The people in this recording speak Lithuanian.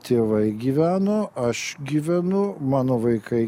tėvai gyveno aš gyvenu mano vaikai